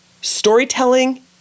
storytelling